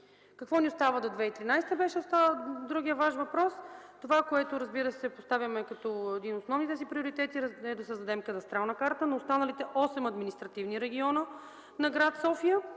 какво ни остава до 2013 г.? Това, което, разбира се, поставяме като един от основните си приоритети, е да създадем кадастрална карта на останалите осем административни региона на гр. София,